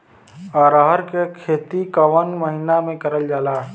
अरहर क खेती कवन महिना मे करल जाला?